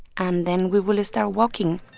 and then we will start walking.